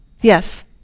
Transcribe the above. yes